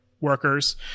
workers